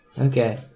Okay